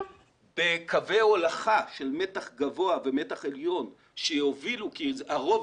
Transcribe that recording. בקווי הולכה של מתח גבוה ומתח עליון שיובילו כי הרוב